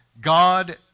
God